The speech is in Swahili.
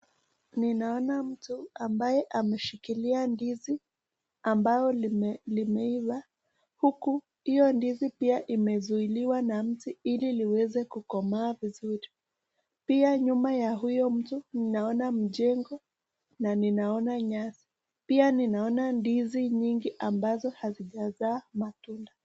Ninaona mtu ambaye ameshikilia ndizi ambalo limeiva, huku hiyo ndizi pia imezuiliwa na mti ili liweze kukomaa vizuri. Pia nyuma ya huyo mtu ninaona mjengo na ninaona nyasi. Pia ninaona ndizi nyingi ambazo hazijazaa matunda.